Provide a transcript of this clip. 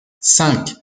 cinq